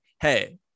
hey